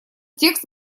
текст